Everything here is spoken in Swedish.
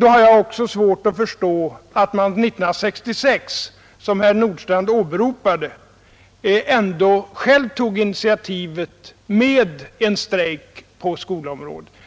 har jag svårt att förstå att SACO 1966 själv tog initiativet till en strejk på skolområdet.